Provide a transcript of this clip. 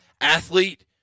athlete –